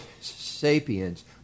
sapiens